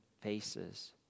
faces